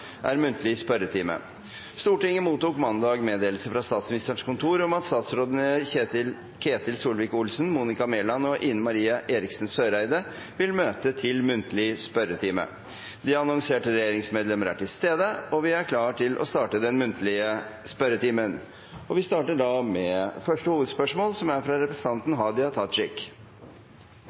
Stortinget mottok mandag meddelelse fra Statsministerens kontor om at statsrådene Ketil Solvik-Olsen, Monica Mæland og Ine M. Eriksen Søreide vil møte til muntlig spørretime. De annonserte regjeringsmedlemmene til stede, og vi er klare til å starte den muntlige spørretimen. Vi starter med første hovedspørsmål, fra representanten Hadia Tajik.